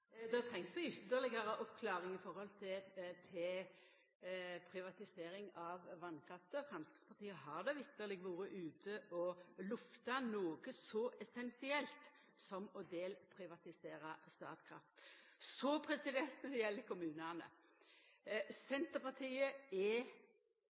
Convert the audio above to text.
Det trengst ytterlegare ei oppklaring når det gjeld privatisering av vasskrafta. Framstegspartiet har faktisk vore ute og lufta noko så essensielt som å delprivatisera Statkraft. Når det gjeld kommunane: